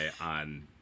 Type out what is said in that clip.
on